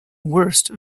worst